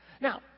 Now